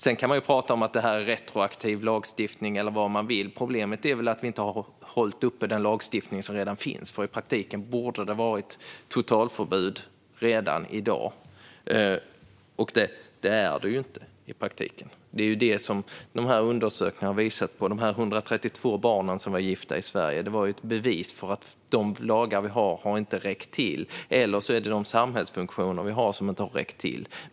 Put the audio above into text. Sedan kan man tala om att det är retroaktiv lagstiftning eller vad man vill. Problemet är att vi inte har upprätthållit den lagstiftning som redan finns. I praktiken borde det ha varit totalförbud redan i dag. Det är det inte i praktiken. Det är vad undersökningarna har visat på med de 132 barn som var gifta i Sverige. Det är ett bevis för att de lagar vi har inte har räckt till, eller så är det de samhällsfunktioner vi har som inte har räckt till.